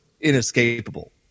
inescapable